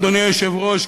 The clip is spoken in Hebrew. אדוני היושב-ראש,